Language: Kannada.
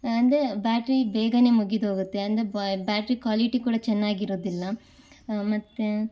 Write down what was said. ಅಂದರೆ ಬ್ಯಾಟರಿ ಬೇಗನೆ ಮುಗಿದೋಗುತ್ತೆ ಅಂದರೆ ಬ್ಯಾಟ್ರಿ ಕ್ವಾಲಿಟಿ ಕೂಡ ಚೆನ್ನಾಗಿರುದಿಲ್ಲ ಮತ್ತು